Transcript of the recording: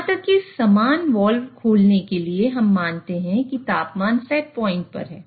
यहां तक कि समान वाल्व खोलने के लिए हम मानते हैं कि तापमान सेटपॉइंट में है